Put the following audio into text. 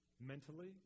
mentally